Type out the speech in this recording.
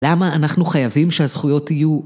למה אנחנו חייבים שהזכויות יהיו?